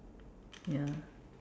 ya